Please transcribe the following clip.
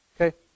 Okay